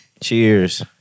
Cheers